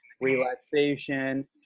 relaxation